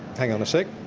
hang on a sec.